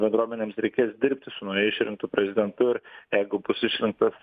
bendruomenėms reikės dirbti su naujai išrinktu prezidentu ir jeigu bus išrinktas